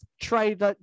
trade